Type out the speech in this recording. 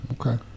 Okay